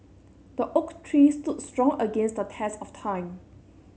the oak tree stood strong against the test of time